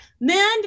Men